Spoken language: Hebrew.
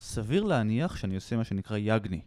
סביר להניח שאני עושה מה שנקרא יגני.